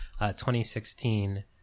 2016